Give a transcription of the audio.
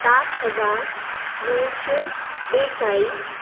सात हजार णवशे बेचाळीस